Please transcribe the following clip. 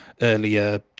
earlier